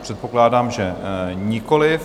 Předpokládám, že nikoliv.